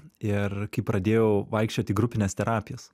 ir kai pradėjau vaikščiot grupines terapijas